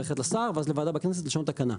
או ללכת לשר ואז לוועדת הכנסת ולשנות תקנה.